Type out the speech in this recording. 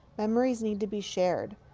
memories need to be shared.